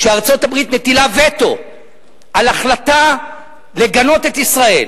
כשארצות-הברית מטילה וטו על החלטה לגנות את ישראל,